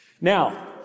Now